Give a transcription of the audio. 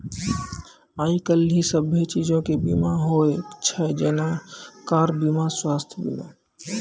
आइ काल्हि सभ्भे चीजो के बीमा होय छै जेना कार बीमा, स्वास्थ्य बीमा